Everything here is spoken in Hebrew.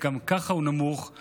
שהוא נמוך גם ככה,